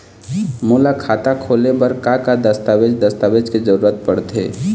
मोला खाता खोले बर का का दस्तावेज दस्तावेज के जरूरत पढ़ते?